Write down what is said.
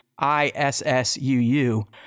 I-S-S-U-U